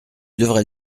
devrais